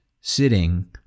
sitting